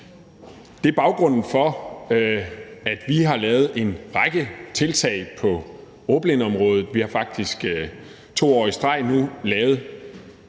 Det er baggrunden for, at vi har lavet en række tiltag på ordblindeområdet. Vi har faktisk 2 år i streg nu lavet